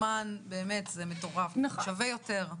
זה פשוט שווה יותר.